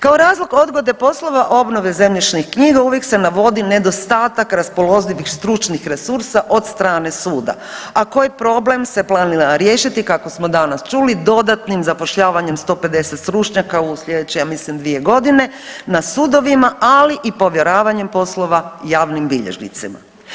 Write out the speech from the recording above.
Kao razlog odgode poslova obnove zemljišnih knjiga uvijek se navodi nedostatak raspoloživih stručnih resursa od strane suda, a koji problem se planira riješiti, kako smo danas čuli, dodatnim zapošljavanjem 150 stručnjaka u sljedeće, ja mislim, 2 godine na sudovima, ali i povjeravanjem poslova javnim bilježnicima.